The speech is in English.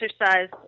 exercise